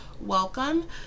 Welcome